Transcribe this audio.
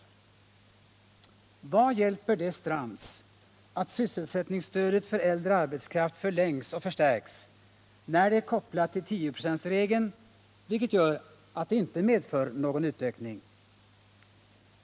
Vad hjälper det Strands att sysselsättningsstödet för äldre arbetskraft förlängs och förstärks, när det är kopplat till 10-procentsregeln, vilket gör att det inte medför någon utökning?